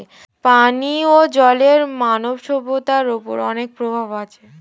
পানিও জলের মানব সভ্যতার ওপর অনেক প্রভাব আছে